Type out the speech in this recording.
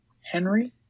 Henry